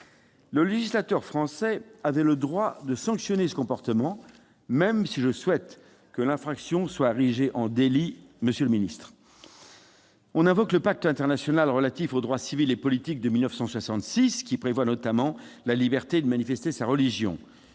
Le législateur français avait le droit de sanctionner ce comportement, même si je souhaite que l'infraction soit érigée en délit, monsieur le secrétaire d'État. On invoque le Pacte international relatif aux droits civils et politiques de 1966, qui prévoit notamment la liberté de manifester sa religion.